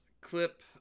clip